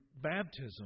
baptism